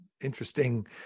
interesting